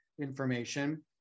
information